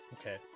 Okay